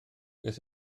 beth